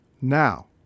Now